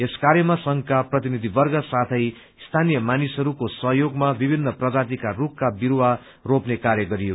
यस कार्यमा संघका प्रतिनिधिवर्गका साथै स्थानीय मानिसहरूको सहयोगमा विभिन्न प्रजातिका रूखका विरूवा रोप्ने कार्य गरे